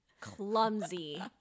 clumsy